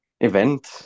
event